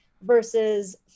versus